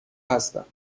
هستم